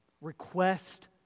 Request